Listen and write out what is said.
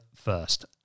First